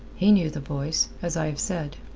he knew the voice, as i have said.